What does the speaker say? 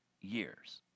years